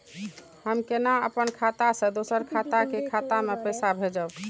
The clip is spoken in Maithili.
हम केना अपन खाता से दोसर के खाता में पैसा भेजब?